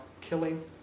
killing